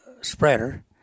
spreader